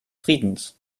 friedens